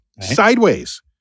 sideways